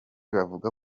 bavuga